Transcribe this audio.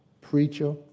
preacher